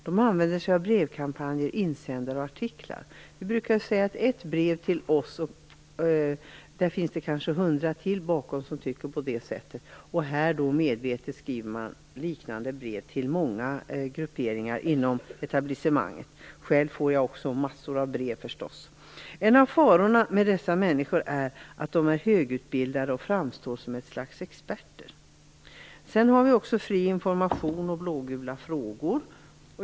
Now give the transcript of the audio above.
De använder sig av brevkampanjer, insändare och artiklar. Vi brukar säga att bakom ett brev till oss finns det hundra personer till som tycker på samma sätt. Här skriver man medvetet liknande brev till många olika grupperingar inom etablissemanget. Själv får jag naturligtvis också mängder av brev. En fara är att dessa människor är högutbildade och framstår som ett slags experter. Vi har också Fri information och Blågula frågor.